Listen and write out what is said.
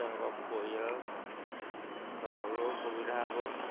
তেওঁলোকক পৰিয়াল চলাবলৈয়ো সুবিধা হ'ব